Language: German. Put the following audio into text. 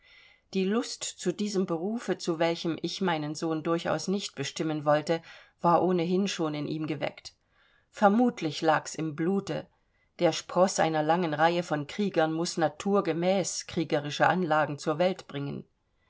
die lust zu diesem berufe zu welchem ich meinen sohn durchaus nicht bestimmen wollte war ohnehin schon in ihm geweckt vermutlich lag's im blute der sproß einer langen reihe von kriegern muß naturgemäß kriegerische anlagen zur welt bringen